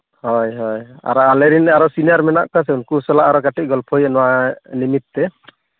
ᱦᱳᱭ ᱦᱳᱭ ᱟᱨ ᱟᱞᱮ ᱨᱮᱱ ᱜᱮ ᱟᱨᱚ ᱥᱤᱱᱤᱭᱟᱨ ᱢᱮᱱᱟᱜ ᱠᱚᱣᱟ ᱥᱮ ᱩᱱᱠᱩ ᱥᱟᱞᱟᱜ ᱟᱨᱚ ᱜᱚᱞᱯᱚᱭ ᱦᱩᱭᱩᱜᱼᱟ ᱱᱚᱣᱟ ᱡᱤᱱᱤᱥ ᱛᱮᱫ